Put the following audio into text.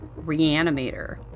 Reanimator